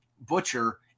butcher